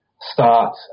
start